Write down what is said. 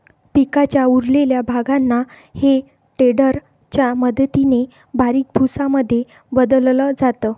पिकाच्या उरलेल्या भागांना हे टेडर च्या मदतीने बारीक भुसा मध्ये बदलल जात